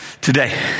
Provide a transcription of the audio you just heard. today